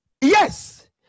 Yes